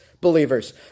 believers